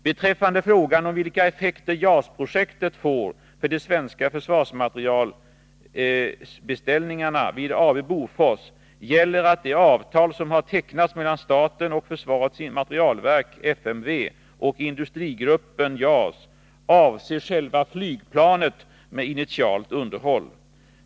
Beträffande frågan om vilka effekter JAS-projektet får för de svenska försvarsmaterielsbeställningrna vid AB Bofors gäller att det avtal som har tecknats mellan staten genom försvarets materielverk och Industrigruppen JAS avser själva flygplanet med initialt underhåll.